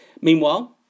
Meanwhile